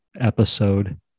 episode